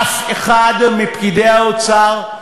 אף אחד מפקידי האוצר,